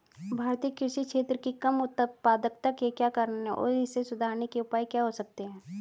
भारतीय कृषि क्षेत्र की कम उत्पादकता के क्या कारण हैं और इसे सुधारने के उपाय क्या हो सकते हैं?